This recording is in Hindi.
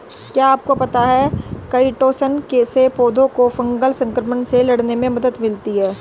क्या आपको पता है काइटोसन से पौधों को फंगल संक्रमण से लड़ने में मदद मिलती है?